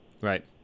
right